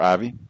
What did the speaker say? Ivy